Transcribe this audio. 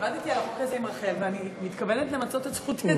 אני עבדתי על החוק הזה עם רחל ואני מתכוונת למצות את זכותי הדמוקרטית.